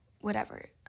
Whatever